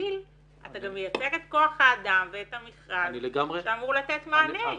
ובמקביל אתה גם מייצר את כוח האדם ואת המכרז שאמור לתת מענה.